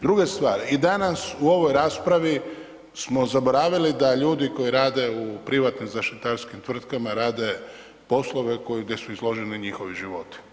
Druga stvar, i danas u ovoj raspravi smo zaboravili da ljudi koji rade u privatnim zaštitarskim tvrtkama rade poslove koji da su izloženi njihovi životi.